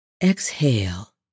Exhale